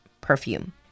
perfume